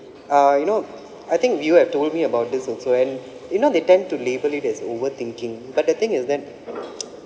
uh you know I think you have told me about this also and you know they tend to label it as over thinking but the thing is that